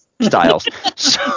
styles